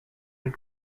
and